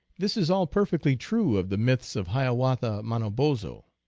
this is all perfectly true of the myths of hiawat ha manobozho.